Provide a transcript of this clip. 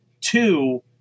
two